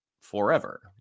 forever